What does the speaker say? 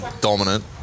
dominant